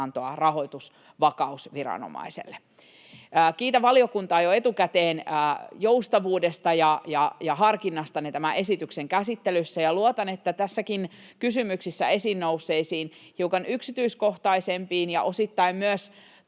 antoa rahoitusvakausviranomaiselle. Kiitän valiokuntaa jo etukäteen joustavuudesta ja harkinnastanne tämän esityksen käsittelyssä, ja luotan siihen, että näissäkin kysymyksissä esiin nousseisiin hiukan yksityiskohtaisempiin ja osittain myös